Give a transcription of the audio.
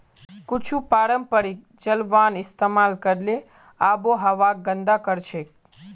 कुछू पारंपरिक जलावन इस्तेमाल करले आबोहवाक गंदा करछेक